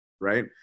right